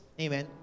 Amen